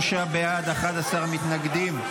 43 בעד, 11 מתנגדים.